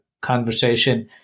conversation